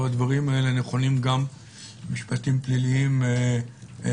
הדברים האלה נכונים גם במשפטים פליליים אחרים